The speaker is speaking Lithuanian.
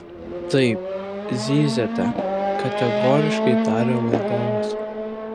taip zyziate kategoriškai tarė valdovas